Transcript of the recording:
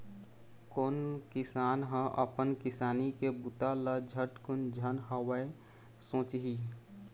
कोन किसान ह अपन किसानी के बूता ल झटकुन झन होवय सोचही